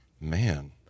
man